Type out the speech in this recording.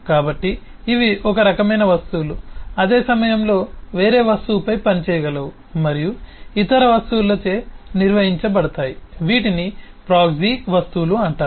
కాబట్టి ఇవి ఒక రకమైన వస్తువులు అదే సమయంలో వేరే వస్తువుపై పనిచేయగలవు మరియు ఇతర వస్తువులచే నిర్వహించబడతాయి వీటిని ప్రాక్సీ వస్తువులు అంటారు